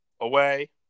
away